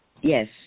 Yes